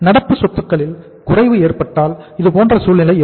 நடப்பு சொத்துக்களில் குறைவு ஏற்பட்டால் இது போன்ற சூழ்நிலை இருக்கும்